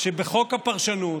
שבחוק הפרשנות,